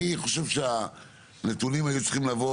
אני חושב שהנתונים האלו צריכים לבוא